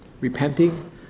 Repenting